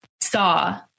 saw